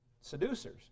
Seducers